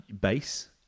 Base